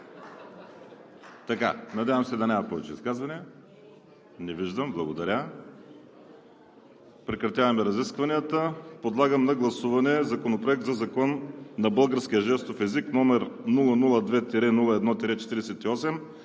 Надявам се да няма повече изказвания. Не виждам. Благодаря. Прекратяваме разискванията. Подлагам на гласуване Законопроект за българския жестов език, № 002-01-48,